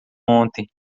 ontem